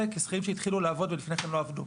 כשכירים שהתחילו לעבוד ולפני כן לא עבדו.